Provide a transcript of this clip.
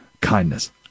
kindness